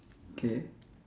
K